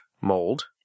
mold